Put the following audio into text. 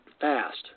fast